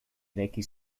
eraiki